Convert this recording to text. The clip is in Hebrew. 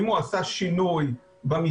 אם הוא עשה שינוי במסמכים,